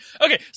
Okay